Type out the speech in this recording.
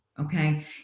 okay